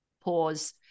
pause